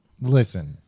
listen